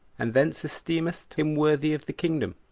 and thence esteemest him worthy of the kingdom,